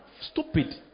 stupid